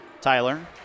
Tyler